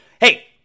Hey